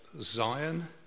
Zion